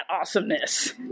awesomeness